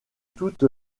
toute